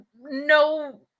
no